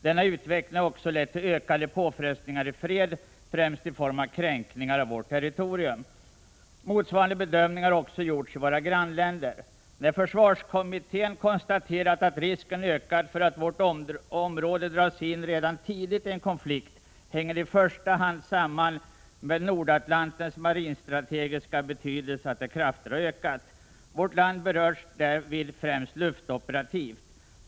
”Denna utveckling har också lett till ökade påfrestningar i fred, främst i form av kränkningar av vårt territorium.” Motsvarande bedömning har också gjorts i våra grannländer. När försvarskommittén konstaterat att risken ökat för att vårt område skall dras in redan tidigt i en konflikt hänger det i första hand samman med att Nordatlantens marinstrategiska betydelse ökat påtagligt. Vårt land berörs därvid främst luftoperativt.